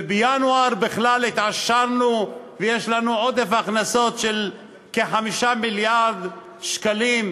ובינואר בכלל התעשרנו ויש לנו עודף הכנסות של כ-5 מיליארד שקלים.